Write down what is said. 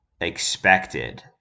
expected